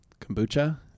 kombucha